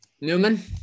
Newman